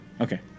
Okay